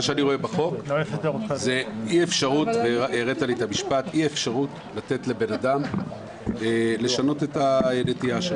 אני רואה בהצעת החוק אי אפשרות לתת לאדם לשנות את הנטייה שלו,